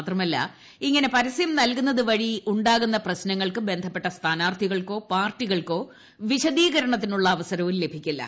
മാത്രമല്ല ഇങ്ങനെ പരസ്യം നൽകുന്നതു വഴി ഉണ്ടാകുന്ന പ്രശ്നങ്ങൾക്ക് ബന്ധപ്പെട്ട സ്ഥാനാർത്ഥികൾക്കോ പാർട്ടികൾക്കോ വിശദീകരണത്തിനുള്ള ് അവസരവും ലഭിക്കില്ല